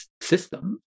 system